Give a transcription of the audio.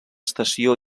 estació